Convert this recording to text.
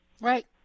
Right